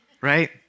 right